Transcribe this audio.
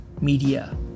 media